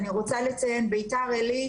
אני רוצה לציין, בביתר עילית